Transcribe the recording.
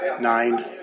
nine